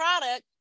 product